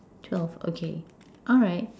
twelve okay alright